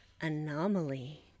Anomaly